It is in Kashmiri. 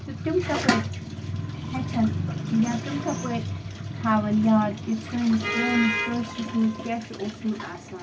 تہٕ تِم کپٲرۍ ہٮ۪چھان یا تِم کپٲرۍ تھاوان یاد یُس سٲنِس قومس کٲشرِ سٕنٛز کیٛاہ چھُ اوسمُت آسان